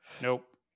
Nope